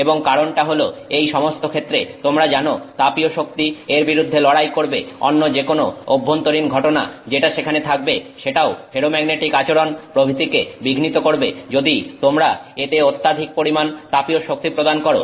এবং কারণটা হলো এই সমস্তক্ষেত্রে তোমরা জানো তাপীয় শক্তি এর বিরুদ্ধে লড়াই করবে অন্য যেকোনো অভ্যন্তরীণ ঘটনা যেটা সেখানে থাকবে সেটাও ফেরোম্যাগনেটিক আচরণ প্রভৃতিকে বিঘ্নিত করবে যদি তোমরা এতে অত্যাধিক পরিমাণে তাপীয় শক্তি প্রদান করো